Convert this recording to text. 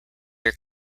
your